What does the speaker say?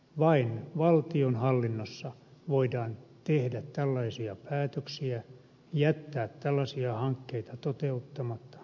vain valtionhallinnossa voidaan tehdä tällaisia päätöksiä jättää tällaisia hankkeita toteuttamatta